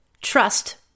trust